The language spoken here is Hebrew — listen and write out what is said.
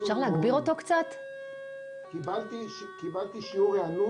נמצאים בתקשורת כל הזמן,